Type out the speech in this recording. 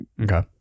Okay